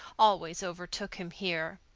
always overtook him here.